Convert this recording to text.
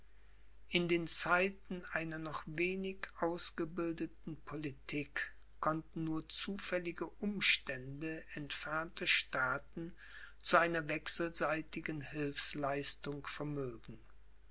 in den zeiten einer noch wenig ausgebildeten politik konnten aber nur zufällige umstände entfernte staaten zu einer wechselseitigen hilfsleistung